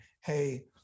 hey